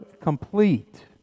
complete